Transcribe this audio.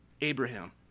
Abraham